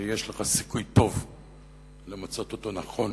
שיש לך סיכוי טוב למצות אותו נכון